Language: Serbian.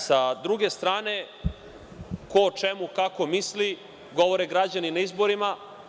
Sa druge strane, ko o čemu kako misli govore građani na izborima.